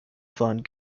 fund